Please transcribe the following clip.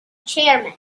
chairman